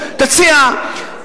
תציע,